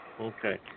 Okay